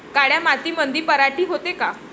काळ्या मातीमंदी पराटी होते का?